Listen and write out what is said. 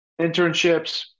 internships